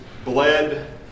bled